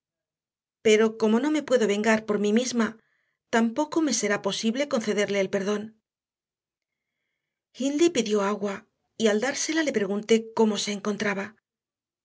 pero como no me puedo vengar por mí misma tampoco me será posible concederle el perdón hindley pidió agua y al dársela le pregunté cómo se encontraba